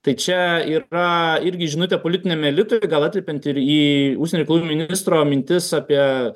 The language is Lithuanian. tai čia yra irgi žinutė politiniam elitui gal atliepiant ir į užsienio reikalų ministro mintis apie